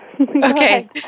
Okay